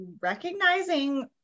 recognizing